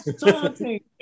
taunting